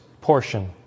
portion